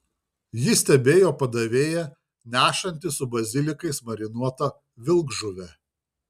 ji stebėjo padavėją nešantį su bazilikais marinuotą vilkžuvę